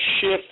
shift